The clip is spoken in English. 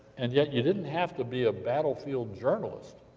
and yet, you didn't have to be a battlefield journalist.